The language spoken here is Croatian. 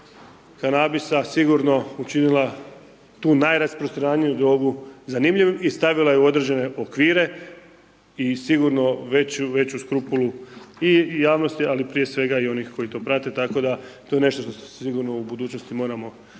kanabisa sigurno učinila tu najrasprostraniju diobu zanimljivim i stavila je u određene okvire i sigurno već u skrupulu javnosti ali prije svega i onih koji to prate tako da to je nešto što sigurno u budućnosti moramo uzimati